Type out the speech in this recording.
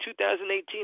2018